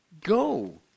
Go